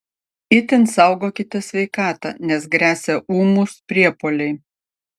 itin saugokite sveikatą nes gresia ūmūs priepuoliai